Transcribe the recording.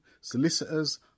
solicitors